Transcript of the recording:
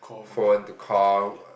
phone to call